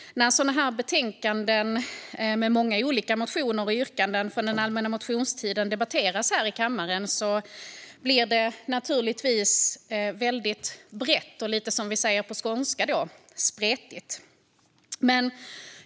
När sådana betänkanden med många olika motioner och yrkanden från den allmänna motionstiden debatteras här i kammaren blir det naturligtvis väldigt brett och lite, som vi säger på skånska, spretigt.